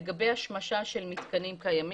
לגבי השמשה של מתקנים קיימים.